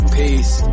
peace